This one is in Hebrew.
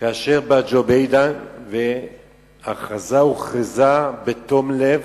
כאשר בא ג'ו ביידן והכרזה הוכרזה בתום לב,